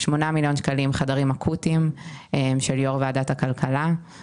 שמונה מיליון שקל לחדרים אקוטיים הם של יו"ר ועדת הכלכלה,